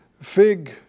fig